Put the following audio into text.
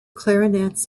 clarinets